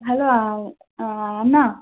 hello Anna